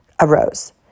arose